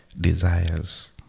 desires